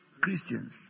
Christians